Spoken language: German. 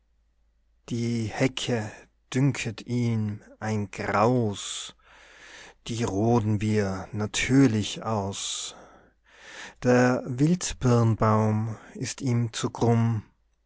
die hecke dünket ihm ein graus die roden wir natürlich aus der wildbirnbaum ist ihm zu krumm